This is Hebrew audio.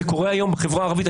זה קורה היום בחברה הערבית.